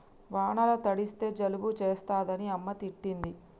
వానల తడిస్తే జలుబు చేస్తదని అమ్మ తిట్టింది